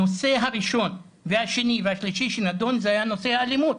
הנושא הראשון והשני שנדון הוא נושא האלימות,